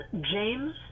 James